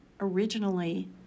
originally